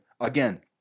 again